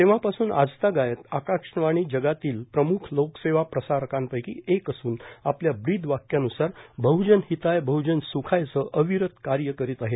तेव्हापासून आजतागायत आकाशवाणी जगातील प्रमुख लोकसेवा प्रसारकांपैकी एक असून आपल्या ब्रिद वाक्यानुसार बहुजन हिताय बहुजन सखाय चं अविरत कार्य करीत आहे